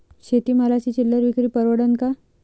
शेती मालाची चिल्लर विक्री परवडन का?